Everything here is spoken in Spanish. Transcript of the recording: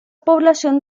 población